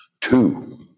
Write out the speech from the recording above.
two